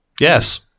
Yes